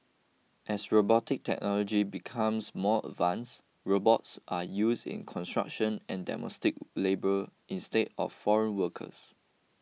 as robotic technology becomes more advance robots are use in construction and domestic labour instead of foreign workers